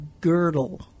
girdle